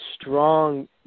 strong